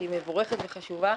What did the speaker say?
שהיא מבורכת וחשובה,